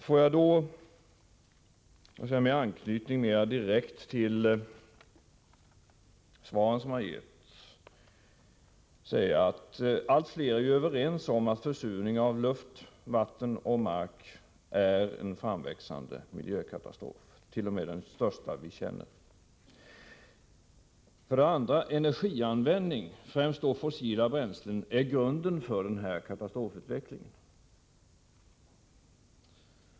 Får jag då med anknytning mera direkt till svaren som lämnats säga att allt fler är överens om att försurning av luft, vatten och mark är en framväxande miljökatastrof, t.o.m. den största vi känner. Energianvändning, främst då fossila bränslen, är grunden till denna katastrofutveckling.